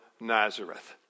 Nazareth